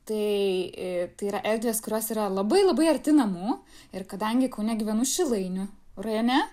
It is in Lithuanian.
tai yra erdvės kurios yra labai labai arti namų ir kadangi kaune gyvenu šilainių rajone